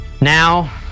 Now